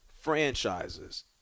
franchises